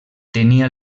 tenia